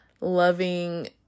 loving